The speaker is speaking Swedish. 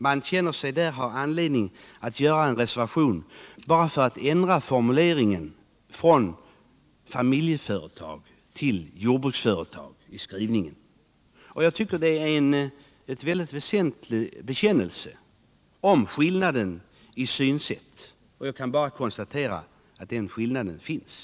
Man tycker sig i det här avseendet ha anledning = Jordbrukspolitiatt göra en reservation bara för att ändra formuleringen i skrivningen — ken, m.m. från ”familjeföretag” till ”jordbruksföretag”. Jag tycker att detta är en väldigt väsentlig bekännelse om skillnaden i synsätt, och jag kan bara konstatera att den skillnaden finns.